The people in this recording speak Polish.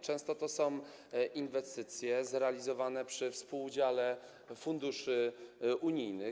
Często to są inwestycje zrealizowane przy współudziale funduszy unijnych.